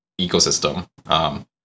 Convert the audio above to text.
ecosystem